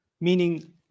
meaning